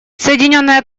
соединенное